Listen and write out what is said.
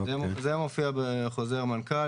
זה מופיע בחוזר מנכ"ל,